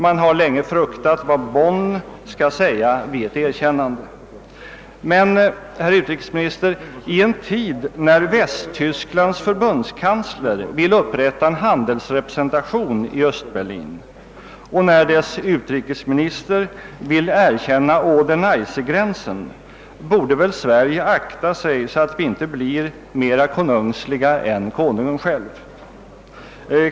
Man har länge fruktat vad Bonn skall säga vid ett erkännande. Men, herr utrikesminister, i en tid när Västtysklands förbundskansler vill upprätta en handelsrepresentation i Östberlin och när dess utrikesminister vill erkänna Oder—Neisse-gränsen borde väl Sverige akta sig, så att det inte blir »mer konungsligt än konungen själv».